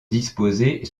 disposées